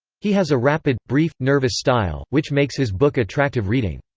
he has a rapid, brief, nervous style, which makes his book attractive reading.